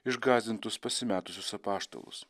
išgąsdintus pasimetusius apaštalus